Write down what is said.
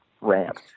ramp